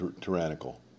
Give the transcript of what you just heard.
tyrannical